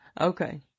Okay